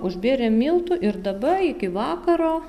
užbėrėm miltų ir dabar iki vakaro